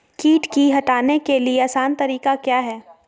किट की हटाने के ली आसान तरीका क्या है?